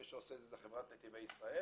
מי שעושה את זה היא חברת נתיבי ישראל